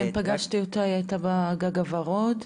כן, פגשתי אותה, היא הייתה ב'גג הוורוד'.